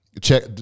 check